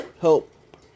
help